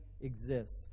exists